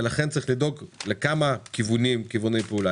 ולכן צריך לדאוג לכמה כיווני פעולה.